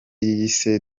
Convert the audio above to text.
yise